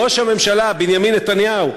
ראש הממשלה בנימין נתניהו,